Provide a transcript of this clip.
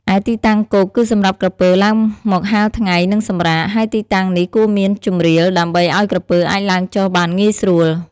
ឯទីតាំងគោក គឺសម្រាប់ក្រពើឡើងមកហាលថ្ងៃ និងសម្រាក ហើយទីតាំងនេះគួរមានជម្រាលដើម្បីឲ្យក្រពើអាចឡើងចុះបានងាយស្រួល។